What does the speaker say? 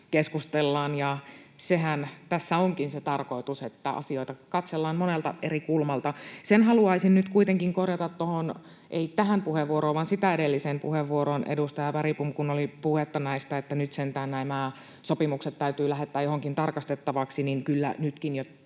keskustellaan, ja sehän tässä onkin se tarkoitus, että asioita katsellaan monelta eri kulmalta. Sen haluaisin nyt kuitenkin korjata ei tähän puheenvuoroon vaan sitä edelliseen puheenvuoroon, edustaja Bergbom, kun oli puhetta, että nyt sentään nämä sopimukset täytyy lähettää johonkin tarkastettaviksi, että kyllä jo nytkin